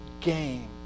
game